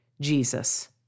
Jesus